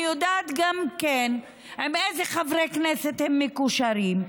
אני יודעת גם כן עם איזה חברי כנסת הם מקושרים.